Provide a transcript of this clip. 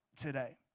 today